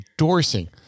endorsing